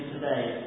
today